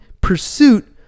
pursuit